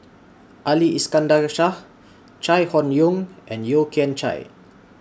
Ali Iskandar Shah Chai Hon Yoong and Yeo Kian Chai